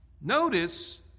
Notice